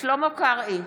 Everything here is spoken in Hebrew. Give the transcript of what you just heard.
שלמה קרעי,